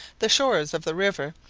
the shores of the river,